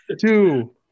Two